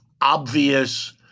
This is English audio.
obvious